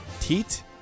Teat